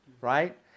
right